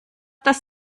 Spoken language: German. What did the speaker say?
das